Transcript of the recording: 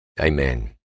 Amen